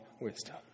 wisdom